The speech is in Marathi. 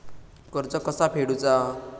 कर्ज कसा फेडुचा?